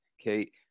okay